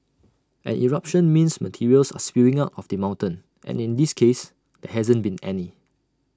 an eruption means materials are spewing out of the mountain and in this case there hasn't been any